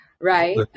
right